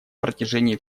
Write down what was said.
протяжении